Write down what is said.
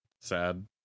Sad